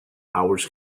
hours